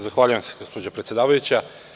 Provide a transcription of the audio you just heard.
Zahvaljujem se gospođo predsedavajuća.